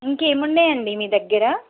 ఇంకేమున్నాయండి మీ దగ్గర